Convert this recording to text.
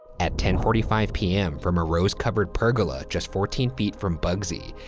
at ten forty five pm, from a rose-covered pergola just fourteen feet from bugsy,